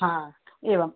एवं